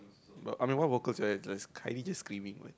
but I'm the one vocals right it's like just kindly just screaming